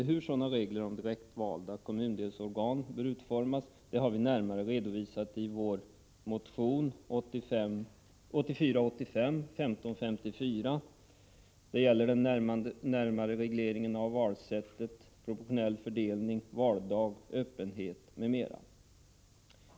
Hur sådana regler om direktvalda kommundelsorgan bör utformas har vi närmare redovisat i vår motion 1984/85:1554, som gäller den närmare regleringen av valsättet, proportionell fördelning, valdag, öppenhet m.m.